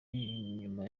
inyuma